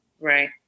Right